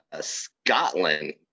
Scotland